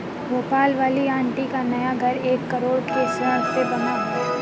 भोपाल वाली आंटी का नया घर एक करोड़ के ऋण से बना है